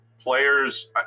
players